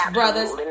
brothers